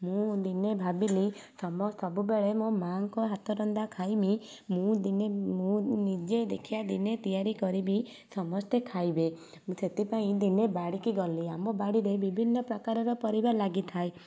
ମୁଁ ଦିନେ ଭାବିଲି ସବୁବେଳେ ମୋ ମାଆଙ୍କ ହାତ ରନ୍ଧା ଖାଇମି ମୁଁ ଦିନେ ମୁଁ ନିଜେ ଦେଖିବା ଦିନେ ତିଆରି କରିବି ସମସ୍ତେ ଖାଇବେ ସେଥିପାଇଁ ଦିନେ ବାଢ଼ିକି ଗଲି ଆମ ବାଡ଼ିରେ ବିଭିନ୍ନ ପ୍ରକାରର ପରିବା ଲାଗିଥାଏ